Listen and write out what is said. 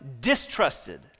distrusted